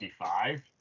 55